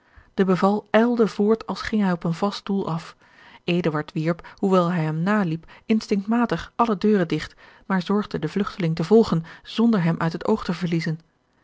ijlde voort als ging hij op een vast doel af eduard wierp hoewel hij hem naliep instinctmatig alle deuren digt maar zorgde den vlugteling te volgen zonder hem uit het oog te verliezen